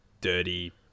dirty